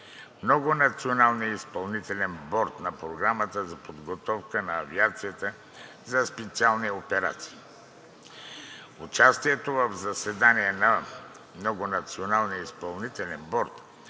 Многонационалния изпълнителен борд на Програмата за подготовка на авиацията за специални операции. Участието в заседание на Многонационалния изпълнителен борд